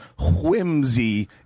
whimsy